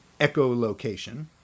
echolocation